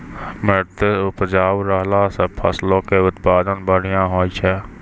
मट्टी उपजाऊ रहला से फसलो के उत्पादन बढ़िया होय छै